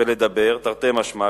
ולדבר תרתי משמע,